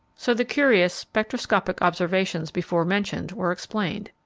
so the curious spectroscopic observations before mentioned were explained.